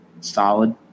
solid